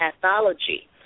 pathology